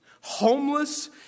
homeless